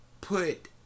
put